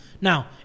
Now